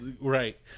right